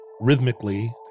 rhythmically